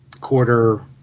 quarter